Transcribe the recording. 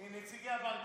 מנציגי הבנקים.